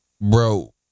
Bro